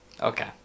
okay